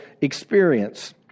experience